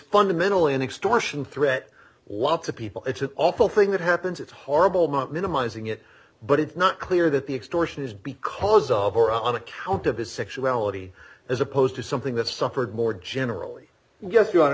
fundamentally an extortion threat lots of people it's an awful thing that happens it's horrible not minimizing it but it's not clear that the extortion is because of or on account of his sexuality as opposed to something that's suffered more generally yes you are